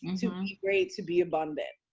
to be great, to be abundant.